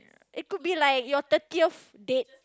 it could be like your thirtieth date